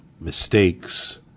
mistakes